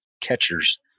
catchers